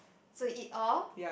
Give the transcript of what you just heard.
so you eat all